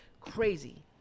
crazy